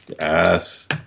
Yes